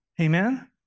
Amen